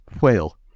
Whale